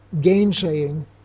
gainsaying